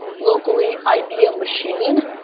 locally, idea machine,